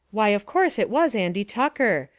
why, of course it was andy tucker.